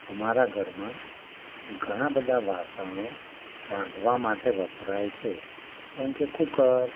અમારા ઘરમાં ઘણાં બધા વાસણો રાંધવા માટે વપરાય છે જેમકે કૂકર